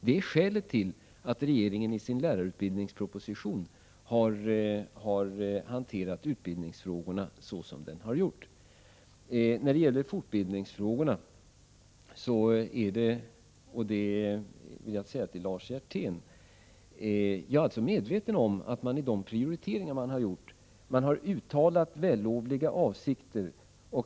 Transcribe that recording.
Det är skälet till att regeringen i sin lärarutbildningsproposition har hanterat utbildningsfrågorna så som den har gjort. När det gäller fortbildningsfrågorna vill jag säga till Lars Hjertén att jag är medveten om att man i de prioriteringar som har gjorts har uttalat vällovliga avsikter.